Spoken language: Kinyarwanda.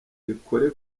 ikore